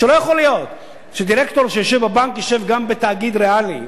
שלא יכול להיות שדירקטור שיושב בבנק ישב גם בתאגיד ריאלי,